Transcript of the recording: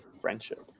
friendship